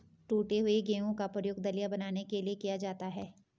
टूटे हुए गेहूं का प्रयोग दलिया बनाने के लिए किया जाता है